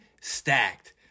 stacked